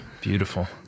Beautiful